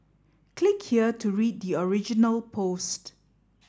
click here to read the original post